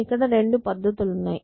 ఇక్కడ రెండు పద్ధతులున్నాయి